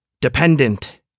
dependent